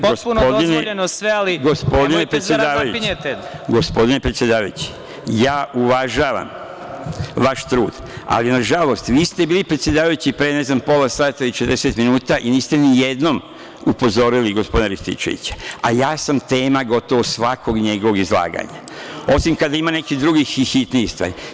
Potpuno je dozvoljeno sve, ali nemojte da razapinjete.) Gospodine predsedavajući, ja uvažavam vaš trud, ali nažalost, vi ste bili predsedavajući, pre ne znam, pola sata ili 40 minuta i niste nijednom upozorili gospodina Rističevića, a ja sam tema gotovo svakog njegovog izlaganja, osim kada ima nekih drugih i hitnijih stvari.